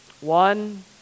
One